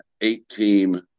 eight-team